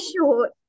short